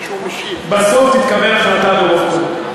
בסוף תתקבל החלטה ברוב קולות.